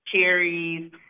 cherries